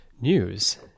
news